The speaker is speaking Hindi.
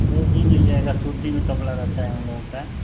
वो भी मिल जाएगा सूती में कपड़ा रहता है उन लोगों का